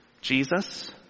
Jesus